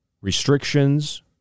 Restrictions